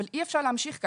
אבל אי אפשר להמשיך ככה,